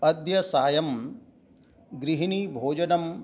अद्य सायं गृहिणी भोजनं